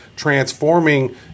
transforming